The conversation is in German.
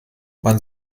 man